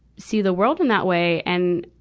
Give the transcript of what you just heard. see the world in that way. and,